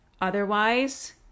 Otherwise